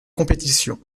compétitions